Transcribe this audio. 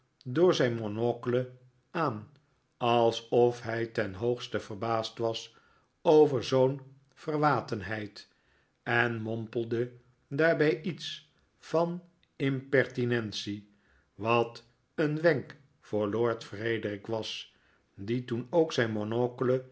door zijn monocle aan alsof hij ten hoogste verbaasd was over zoo'n verwatenheid en mompelde daarbij iets van impertinentie wat een wenk voor lord frederik was die toen ook zijn